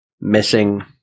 missing